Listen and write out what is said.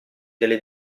delle